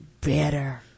better